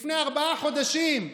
לפני ארבעה חודשים,